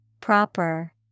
Proper